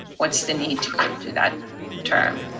what's the need to go to that term,